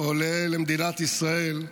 עולה למדינת ישראל,